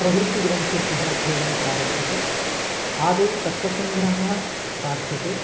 प्रभृतिग्रन्थेभ्यः अध्ययनं प्रारभ्यते आदौ तर्कसङ्ग्रहः पाठ्यते